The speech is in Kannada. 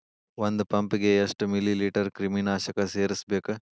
ಒಂದ್ ಪಂಪ್ ಗೆ ಎಷ್ಟ್ ಮಿಲಿ ಲೇಟರ್ ಕ್ರಿಮಿ ನಾಶಕ ಸೇರಸ್ಬೇಕ್?